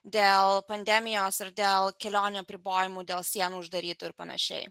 dėl pandemijos ir dėl kelionių apribojimų dėl sienų uždarytų ir panašiai